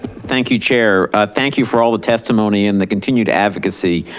thank you chair, thank you for all the testimony and the continued advocacy.